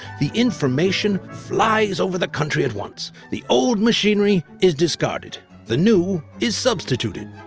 the information flies over the country at once the old machinery is discarded the new is substituted.